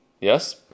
Yes